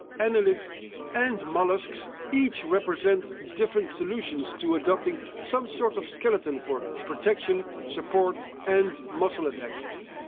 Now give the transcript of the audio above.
annelids and molluscs each represent different solutions to adopting some sort of skeleton for protection, support and muscle attachment.